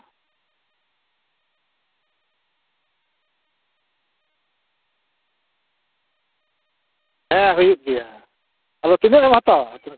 ᱦᱮᱸ ᱦᱩᱭᱩᱜ ᱜᱮᱭᱟ ᱟᱫᱚ ᱛᱤᱱᱟᱹᱜ ᱮᱢ ᱦᱟᱛᱟᱣᱟ